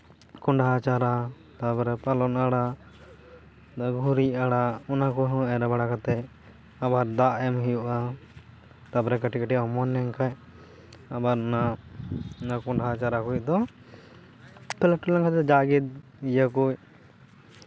ᱠᱚᱸᱰᱷᱟ ᱪᱟᱨᱟ ᱛᱟᱨᱯᱚᱨᱮ ᱯᱟᱞᱚᱝ ᱟᱲᱟᱜ ᱵᱮᱜᱷᱚᱨᱤ ᱟᱲᱟᱜ ᱚᱱᱟ ᱠᱚᱦᱚᱸ ᱮᱨ ᱵᱟᱲᱟ ᱠᱟᱛᱮᱜ ᱟᱵᱟᱨ ᱫᱟᱜ ᱮᱢ ᱦᱩᱭᱩᱜᱼᱟ ᱛᱟᱨᱯᱚᱨᱮ ᱠᱟᱹᱴᱤᱡ ᱠᱟᱹᱴᱤᱡ ᱚᱢᱚᱱ ᱞᱮᱱᱠᱷᱟᱱ ᱟᱵᱟᱨ ᱚᱱᱟ ᱠᱚᱸᱰᱷᱟ ᱪᱟᱨᱟ ᱠᱚᱫᱚ ᱞᱟᱹᱴᱩ ᱞᱮᱱᱠᱷᱟᱱ ᱫᱚ ᱡᱟᱜᱮ ᱤᱭᱟᱹ ᱠᱚ